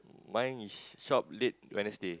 mine is salt lake Wednesday